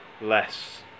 less